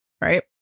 Right